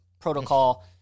Protocol